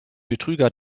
betrüger